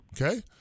Okay